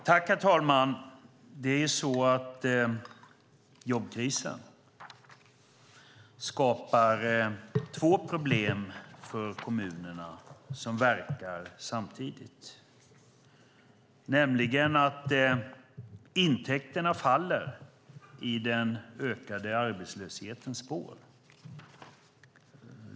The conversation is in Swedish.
Herr talman! Jobbkrisen skapar två problem för kommunerna som verkar samtidigt. Det första är att intäkterna faller i den ökade arbetslöshetens spår.